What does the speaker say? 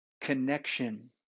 connection